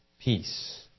peace